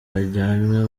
bajyanywe